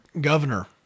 governor